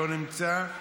לא נמצא.